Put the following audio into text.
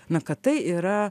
na kad tai yra